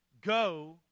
Go